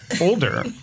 Older